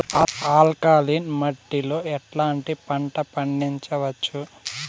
Alkaline మట్టి లో ఎట్లాంటి పంట పండించవచ్చు,?